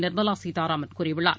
நிர்மலாசீத்தாராமன் கூறியுள்ளார்